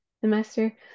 semester